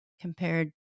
compared